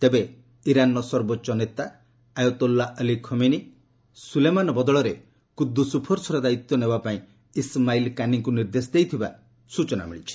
ତେବେ ଇରାନ୍ର ସର୍ବୋଚ୍ଚ ନେତା ଆୟୋତୁଲ୍ଲା ଅଲ୍ଲୀ ଖାମିନି ସୁଲେମାନ ବଦଳରେ କୁଦୁସ ଫୋର୍ସର ଦାୟିତ୍ୱ ନେବା ପାଇଁ ଇସମାଇଲ୍ କାନିଙ୍କୁ ନିର୍ଦ୍ଦେଶ ଦେଇଥିବା ସ୍ୱଚନା ମିଳିଛି